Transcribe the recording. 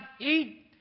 eat